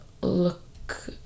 look